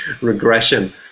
regression